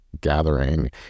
gathering